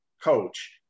coach